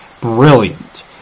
Brilliant